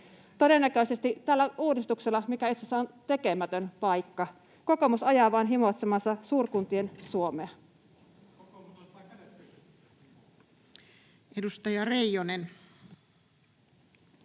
Todennäköisesti tällä uudistuksella, mikä itse asiassa on tekemätön paikka, kokoomus ajaa vain himoitsemaansa suurkuntien Suomea. [Matias Mäkynen: